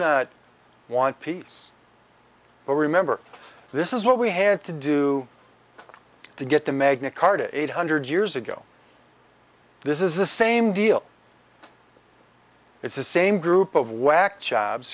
not want peace but remember this is what we had to do to get the magna carta eight hundred years ago this is the same deal it's the same group of whack jobs